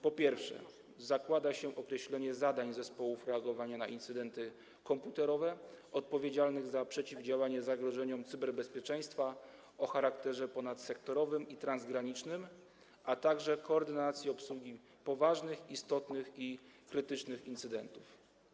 Po pierwsze, zakłada się określenie zadań zespołów reagowania na incydenty komputerowe odpowiedzialnych za przeciwdziałanie zagrożeniom cyberbezpieczeństwa o charakterze ponadsektorowym i transgranicznych, a także koordynację obsługi poważnych, istotnych i krytycznych incydentów.